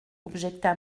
objecta